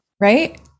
Right